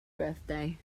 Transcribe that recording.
birthday